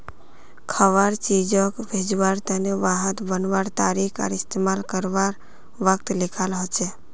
खवार चीजोग भेज्वार तने वहात बनवार तारीख आर इस्तेमाल कारवार वक़्त लिखाल होचे